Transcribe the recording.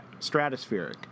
stratospheric